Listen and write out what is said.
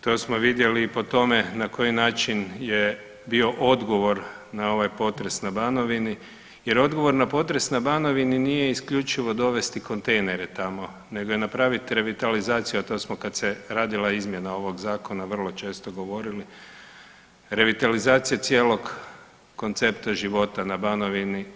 To smo vidjeli i po tome na koji način je bio odgovor na ovaj potres na Banovini jer odgovor na potres na Banovini nije isključivo dovesti kontejnere tamo nego i napraviti revitalizaciju, a to smo kad se radila izmjena ovog Zakona, vrlo često govorili, revitalizacija cijelog koncepta života na Banovini.